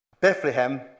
Bethlehem